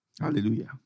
Hallelujah